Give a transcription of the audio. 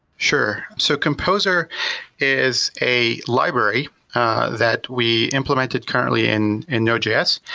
sure. so composer is a library that we implemented currently in in node js.